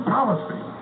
policy